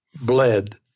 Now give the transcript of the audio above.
bled